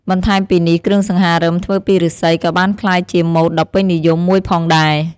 បន្ថែមពីនេះ គ្រឿងសង្ហារឹមធ្វើពីឫស្សីក៏បានក្លាយជាម៉ូដដ៏ពេញនិយមមួយផងដែរ។